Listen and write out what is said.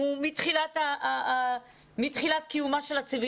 הוא מתחילת קיומה של הציביליזציה.